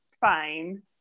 fine